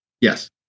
Yes